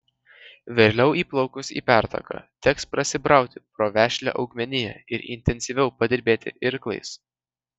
vėliau įplaukus į pertaką teks prasibrauti pro vešlią augmeniją ir intensyviau padirbėti irklais